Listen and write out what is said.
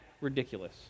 ridiculous